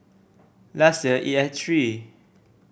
last year it had three